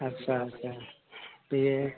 आस्सा आस्सा बे